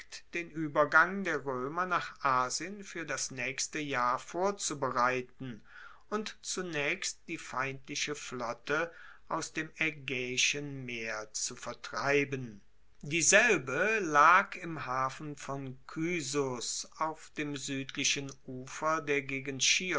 den uebergang der roemer nach asien fuer das naechste jahr vorzubereiten und zunaechst die feindliche flotte aus dem aegaeischen meer zu vertreiben dieselbe lag im hafen von kyssus auf dem suedlichen ufer der